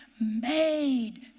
made